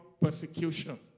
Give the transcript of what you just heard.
persecution